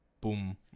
...boom